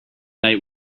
night